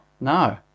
no